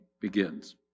begins